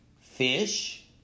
fish